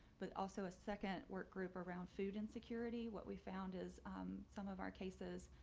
but also a second work group around food insecurity. what we found is some of our cases,